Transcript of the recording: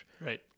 Right